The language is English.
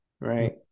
Right